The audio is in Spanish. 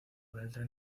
beltrán